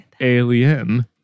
Alien